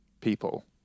people